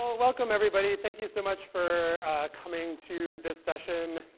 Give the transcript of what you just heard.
ah welcome everybody. thank you so much for coming to this session.